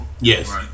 Yes